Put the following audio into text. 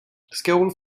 skål